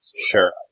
Sure